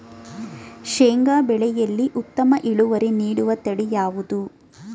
ಶೇಂಗಾ ಬೆಳೆಯಲ್ಲಿ ಉತ್ತಮ ಇಳುವರಿ ನೀಡುವ ತಳಿ ಯಾವುದು?